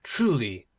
truly,